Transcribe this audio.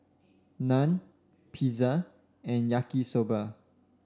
Naan Pizza and Yaki Soba